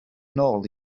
nôl